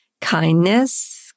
kindness